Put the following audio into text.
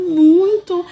muito